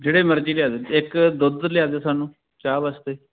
ਜਿਹੜੇ ਮਰਜ਼ੀ ਲਿਆ ਦਿਉ ਇੱਕ ਦੁੱਧ ਲਿਆ ਦਿਉ ਸਾਨੂੰ ਚਾਹ ਵਾਸਤੇ